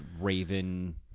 Raven